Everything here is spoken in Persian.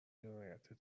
جنایت